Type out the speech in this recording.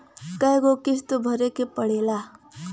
कय गो किस्त भरे के पड़ेला?